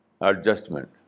adjustment